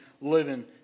living